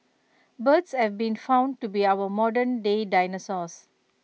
birds have been found to be our modernday dinosaurs